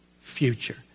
future